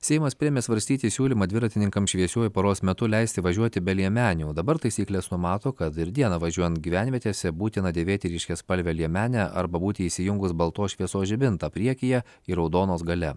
seimas priėmė svarstyti siūlymą dviratininkams šviesiuoju paros metu leisti važiuoti be liemenių o dabar taisyklės numato kad ir dieną važiuojant gyvenvietėse būtina dėvėti ryškiaspalvę liemenę arba būti įsijungus baltos šviesos žibintą priekyje ir raudonos galia